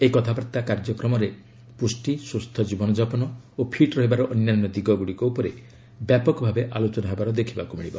ଏହି କଥାବାର୍ତ୍ତା କାର୍ଯ୍ୟକ୍ରମରେ ପୁଷ୍ଟି ସୁସ୍ଥ ଜୀବନଯାପନ ଓ ଫିଟ୍ ରହିବାର ଅନ୍ୟାନ୍ୟ ଦିଗଗୁଡ଼ିକ ଉପରେ ବ୍ୟାପକ ଆଲୋଚନା ହେବାର ଦେଖିବାକୁ ମିଳିବ